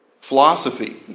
philosophy